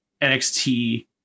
NXT